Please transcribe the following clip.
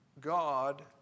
God